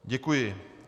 Děkuji.